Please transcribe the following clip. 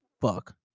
fuck